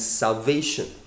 salvation